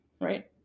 right